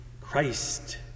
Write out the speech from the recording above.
Christ